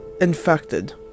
infected